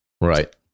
Right